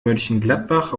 mönchengladbach